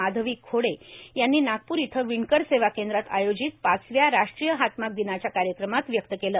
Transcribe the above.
माधवी खोडे यांनी नागपूर इथं विणकर सेवा केंद्रात आयोजित पाचव्या राष्ट्रीय हातमाग दिनाच्या कार्यक्रमात व्यक्त केलं